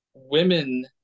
women